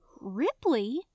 Ripley